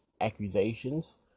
accusations